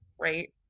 right